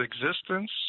existence